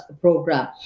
program